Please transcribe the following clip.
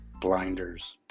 blinders